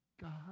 God